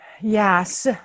Yes